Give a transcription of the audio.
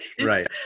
Right